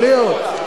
יכול להיות.